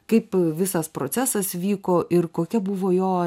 kaip visas procesas vyko ir kokia buvo jo